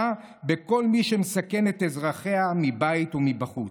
בכל מי שמסכן את אזרחיה מבית ומבחוץ.